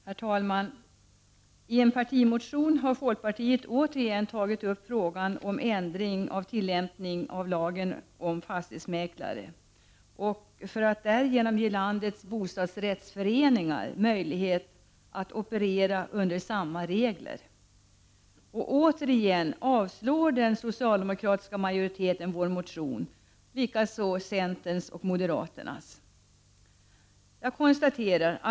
Herr talman! I en partimotion har folkpartiet återigen tagit upp frågan om ändring av tillämpningen av lagen om fastighetsmäklare för att därigenom ge landets bostadsrättsföreningar möjlighet att operera under samma regler. Den socialdemokratiska majoriteten avstyrkte återigen vår motion, liksom centerns och moderaternas motioner.